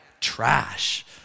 Trash